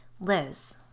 Liz